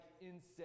insects